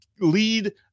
lead